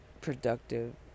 productive